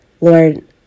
Lord